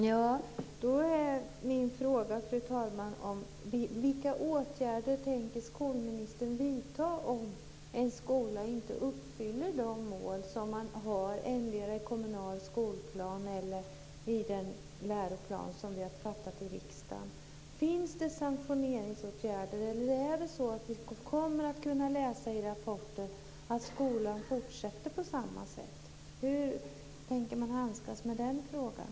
Fru talman! Min fråga är: Vilka åtgärder tänker skolministern vidta om en skola inte uppfyller de mål som man har endera i kommunal skolplan eller i den läroplan som vi har fattat beslut om i riksdagen? Finns det sanktionsåtgärder eller kommer vi att kunna läsa i rapporter att skolan fortsätter på samma sätt? Hur tänker man handskas med den frågan?